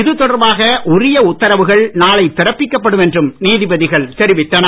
இது தொடர்பாக உரிய உத்தரவுகள் நாளை பிறப்பிக்கப்படும் என்றும் நீதிபதிகள் தெரிவித்தனர்